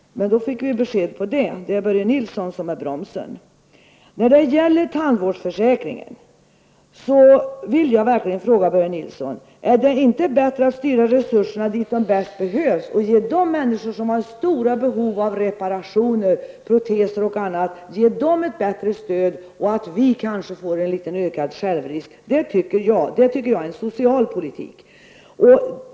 Men då fick vi besked om detta -- det är Börje Nilsson som är bromsen. Börje Nilsson: Är det inte bättre att styra resurserna dit där de bäst behövs och ge de människor som har stora behov av reparationer, proteser och annat ett bättre stöd -- och att vi kanske får en litet ökad självrisk? Det tycker jag är en social politik.